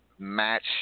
match